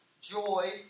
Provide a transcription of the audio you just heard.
joy